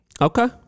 Okay